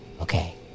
Okay